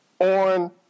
on